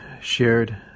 shared